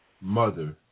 mother